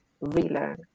relearn